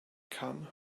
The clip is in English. come